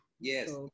yes